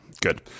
good